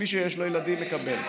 מי שיש לו ילדים מקבל.